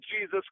Jesus